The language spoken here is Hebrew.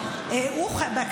אביתר